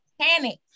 panic